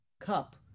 cup